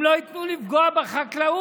הם לא ייתנו לפגוע בחקלאות,